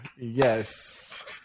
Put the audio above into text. Yes